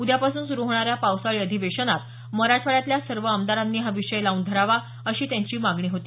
उद्यापासून सुरू होणाऱ्या पावसाळी अधिवेशनात मराठवाड्यातील सर्व आमदारांनी हा विषय लावून धरावा अशी त्यांची मागणी होती